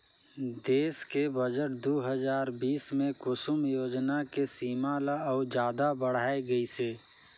देस के बजट दू हजार बीस मे कुसुम योजना के सीमा ल अउ जादा बढाए गइसे